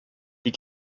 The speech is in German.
die